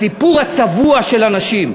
הסיפור הצבוע של הנשים.